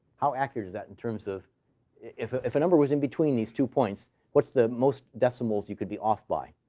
how accurate is that in terms of if ah if a number was in between these two points, what's the most decimals you could be off by?